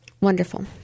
wonderful